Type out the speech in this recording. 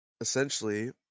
Essentially